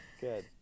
Good